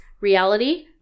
reality